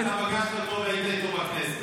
פגשת אותו, היית איתו בכנסת.